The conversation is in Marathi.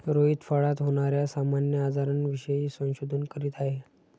रोहित फळात होणार्या सामान्य आजारांविषयी संशोधन करीत आहे